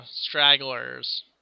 stragglers